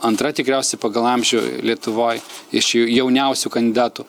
antra tikriausiai pagal amžių lietuvoj iš jauniausių kandidatų